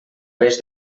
res